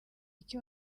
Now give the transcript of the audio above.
iki